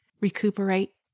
recuperate